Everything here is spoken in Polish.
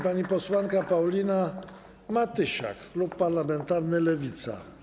Pani posłanka Paulina Matysiak, klub parlamentarny Lewica.